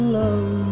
love